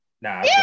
Nah